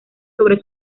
sobre